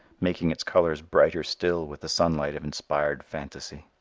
making its colors brighter still with the sunlight of inspired phantasy.